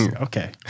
okay